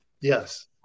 Yes